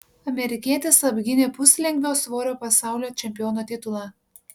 amerikietis apgynė puslengvio svorio pasaulio čempiono titulą